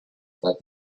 that